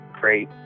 great